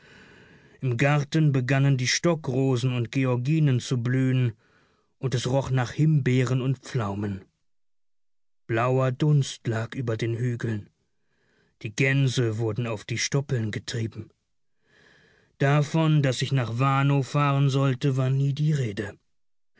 im garten begannen die stockrosen und georginen zu blühen und es roch nach himbeeren und pflaumen blauer dunst lag über den hügeln die gänse wurden auf die stoppeln getrieben davon daß ich nach warnow fahren sollte war nie die rede